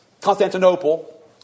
Constantinople